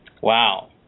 Wow